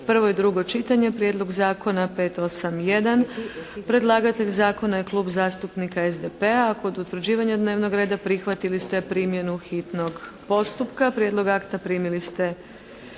SDP-a, prvo čitanje P.Z. br. 581. Predlagatelj zakona je Klub zastupnika SDP-a. Kod utvrđivanja dnevnog reda prihvatili ste primjenu hitnog postupka. Prijedlog akta primili ste